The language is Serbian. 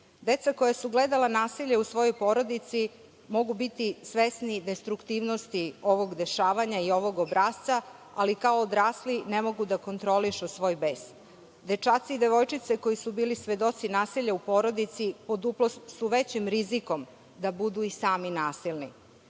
Deca koja su gledala nasilje u svojoj porodici mogu biti svesni destruktivnosti ovog dešavanja i ovog obrasca, ali kao odrasli ne mogu da kontrolišu svoj bes. Dečaci i devojčice koji su bili svedoci nasilja u porodici pod duplo su većim rizikom da budu sami nasilni.